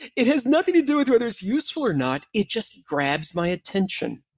it has nothing to do with whether it's useful or not. it just grabs my attention.